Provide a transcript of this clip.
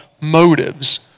motives